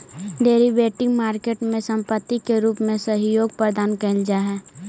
derivative market में संपत्ति के रूप में सहयोग प्रदान कैल जा हइ